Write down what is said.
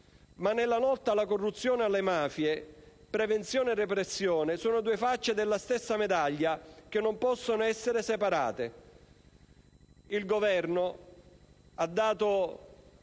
Ma nella lotta alla corruzione e alle mafie, prevenzione e repressione sono due facce della stessa medaglia che non possono essere separate. Il Governo ha dato